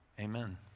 Amen